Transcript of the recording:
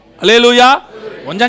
Hallelujah